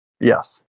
Yes